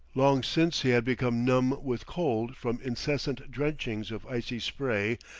long since he had become numb with cold from incessant drenchings of icy spray,